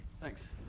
thanks